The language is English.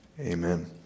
Amen